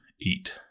eat